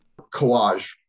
Collage